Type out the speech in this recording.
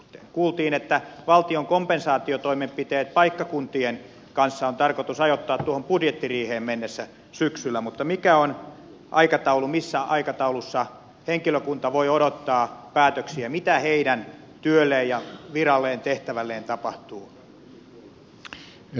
kuultiin että valtion kompensaatiotoimenpiteet paikkakuntien kanssa on tarkoitus ajoittaa syksyn budjettiriiheen mennessä mutta mikä on aikataulu missä aikataulussa henkilökunta voi odottaa päätöksiä siitä mitä heidän työlleen viralleen ja tehtävälleen tapahtuu